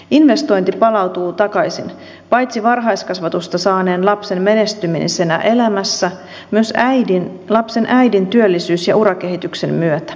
investointi palautuu takaisin paitsi varhaiskasvatusta saaneen lapsen menestymisenä elämässä myös lapsen äidin työllisyys ja urakehityksen myötä